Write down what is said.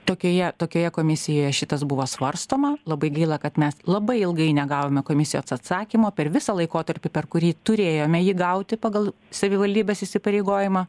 tokioje tokioje komisijoje šitas buvo svarstoma labai gaila kad mes labai ilgai negavome komisijos atsakymo per visą laikotarpį per kurį turėjome jį gauti pagal savivaldybės įsipareigojimą